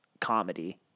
comedy